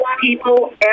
people